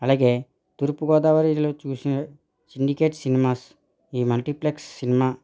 అలాగే తూర్పుగోదావరి జిల్లాలో చూసిన సిండికేట్ సినిమాస్ ఈ మల్టీప్లెక్స్ సినిమా